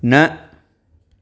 न